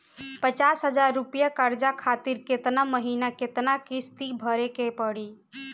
पचास हज़ार रुपया कर्जा खातिर केतना महीना केतना किश्ती भरे के पड़ी?